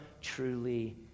truly